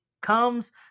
comes